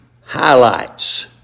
highlights